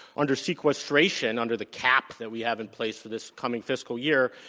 under sequestration, under the cap that we have in place for this coming fiscal year,